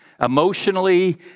emotionally